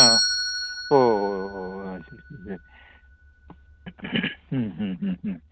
ആ ഓ ഓ ഓ ശരി ശരി ശരി മ്മ് മ്മ് മ്മ്